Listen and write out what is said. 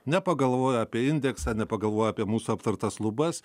nepagalvojo apie indeksą nepagalvojo apie mūsų aptartas lubas